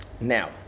Now